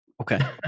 Okay